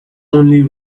only